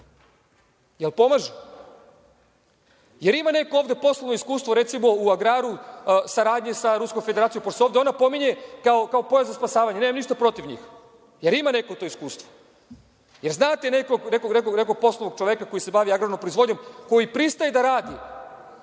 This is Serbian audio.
jel pomažu? Jer ima neko ovde poslovno iskustvo, recimo u agraru saradnje sa Ruskom Federacijom, pošto se ovde ona pominje kao pojas za spasavanje. Nemam ništa protiv njih. Jer ima neko to iskustvo? Jel znate nekog poslovnog čoveka koji se bavi agrarnom proizvodnjom koji pristaje da radi